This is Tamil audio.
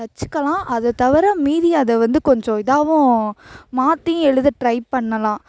வச்சுக்கலாம் அதை தவிர மீதி அதை வந்து கொஞ்சம் இதாகவும் மாற்றியும் எழுத ட்ரை பண்ணலாம்